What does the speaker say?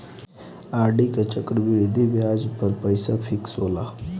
RD में चक्रवृद्धि बियाज पअ पईसा फिक्स होला